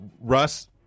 Russ